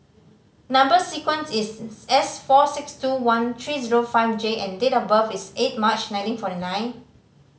number sequence is S four six two one three zero five J and date of birth is eight March nineteen forty nine